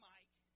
Mike